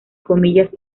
comillas